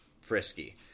frisky